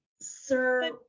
Sir